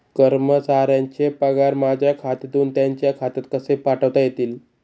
कर्मचाऱ्यांचे पगार माझ्या खात्यातून त्यांच्या खात्यात कसे पाठवता येतील?